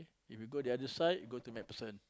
if you go to the other side go to MacPherson